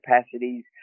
capacities